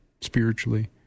spiritually